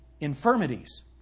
infirmities